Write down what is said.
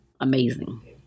amazing